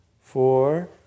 four